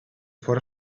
fóra